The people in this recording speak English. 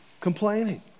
Complaining